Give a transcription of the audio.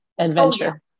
adventure